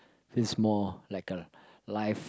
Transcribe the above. is more like a live